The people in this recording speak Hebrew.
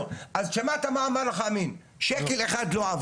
אז, שמעת מה אמר לך אמין, שקל אחד לא עבר.